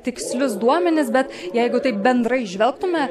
tikslius duomenis bet jeigu taip bendrai žvelgtume